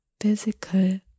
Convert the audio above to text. physical